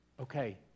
okay